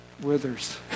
withers